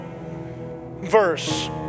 verse